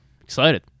Excited